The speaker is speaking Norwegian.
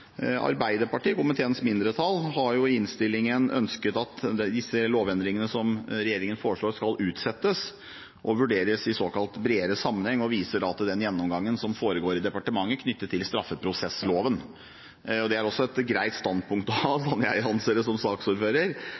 Arbeiderpartiet, komiteens mindretall, har i innstillingen ønsket at disse lovendringene som regjeringen foreslår, skal utsettes og vurderes i såkalt bredere sammenheng, og de viser da til den gjennomgangen som foregår i departementet knyttet til straffeprosessloven. Det er også et greit standpunkt å ha – slik jeg anser det som saksordfører